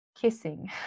kissing